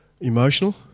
emotional